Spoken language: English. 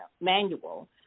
Manual